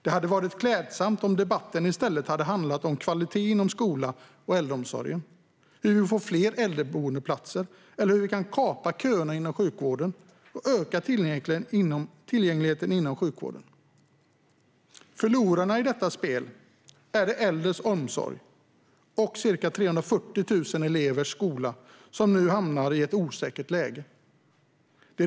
Det hade varit klädsamt om debatten i stället hade handlat om kvaliteten inom skolan och äldreomsorgen, hur vi får fler äldreboendeplatser eller hur vi kan kapa köerna inom sjukvården och öka tillgängligheten inom sjukvården. Förlorarna i detta spel är de äldres omsorg och ca 340 000 elevers skola, som nu hamnar i ett osäkert läge.